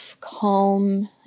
calm